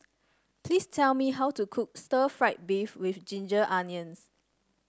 please tell me how to cook Stir Fried Beef with Ginger Onions